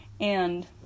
and-